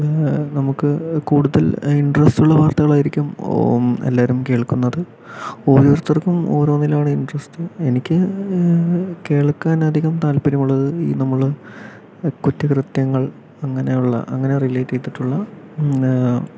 നമുക്ക് കൂടുതൽ ഇൻട്രസ്റ്റ് ഉള്ള വാർത്തകളായിരിക്കും എല്ലാരും കേൾക്കുന്നത് ഓരോരുത്തർക്കും ഓരോന്നിലാണ് ഇൻട്രസ്റ്റ് എനിക്ക് കേൾക്കാൻ അധികം താല്പര്യമുള്ളത് ഈ നമ്മൾ കുറ്റകൃത്യങ്ങൾ അങ്ങനെ ഉള്ള അങ്ങനെ റിലേറ്റ് ചെയ്തിട്ടുള്ള